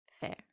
fair